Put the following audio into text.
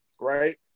Right